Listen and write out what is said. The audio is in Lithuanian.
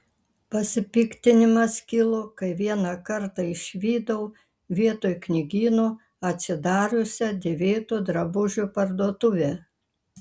pasipiktinimas kilo kai vieną kartą išvydau vietoj knygyno atsidariusią dėvėtų drabužių parduotuvę